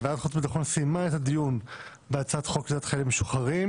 ועדת החוץ והביטחון סיימה את הדיון בהצעת החוק לקליטת חיילים משוחררים.